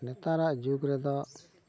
ᱱᱮᱛᱟᱨᱟᱜ ᱡᱩᱜ ᱨᱮᱫᱚ